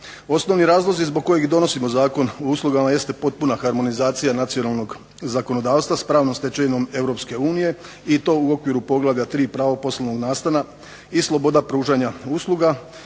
Osnovni razlozi zbog kojeg i donosimo Zakon o uslugama jeste potpuna harmonizacija nacionalnog zakonodavstva s pravnom stečevinom EU i to u okviru Poglavlja 3. – Pravo poslovnog nastana i sloboda pružanja usluga,